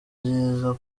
byiza